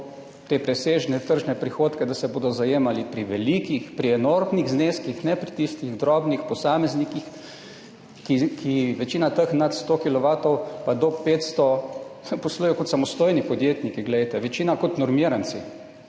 te presežne tržne prihodke zajemalo pri velikih, pri enormnih zneskih, ne pri tistih drobnih posameznikih. Večina teh nad 100 kilovatov pa do 500 zaposlujejo kot samostojni podjetniki, večina kot normiranci,